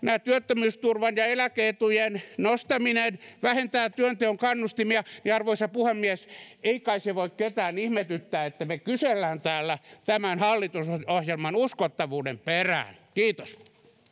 työttömyysturvan ja eläke etujen nostaminen vähentää työnteon kannustimia niin arvoisa puhemies ei kai se voi ketään ihmetyttää että me kyselemme täällä tämän hallitusohjelman uskottavuuden perään kiitos